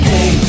Hey